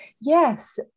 Yes